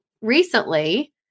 recently